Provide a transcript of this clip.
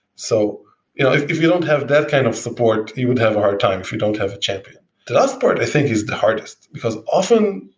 so if if you don't have that kind of support, you would have a hard time if you don't have a champion the last part i think is the hardest, because often,